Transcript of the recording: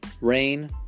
Rain